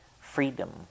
freedom